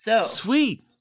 Sweet